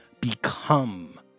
become